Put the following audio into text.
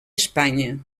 espanya